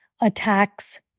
attacks